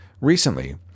Recently